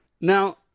Now